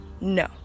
No